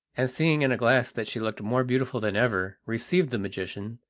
and seeing in a glass that she looked more beautiful than ever, received the magician,